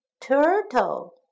Turtle